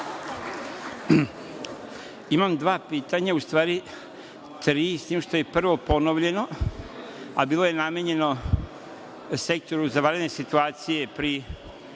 Imam dva pitanja, u stvari tri, s tim što je prvo ponovljeno, a bilo je namenjeno Sektoru za vanredne situacije pri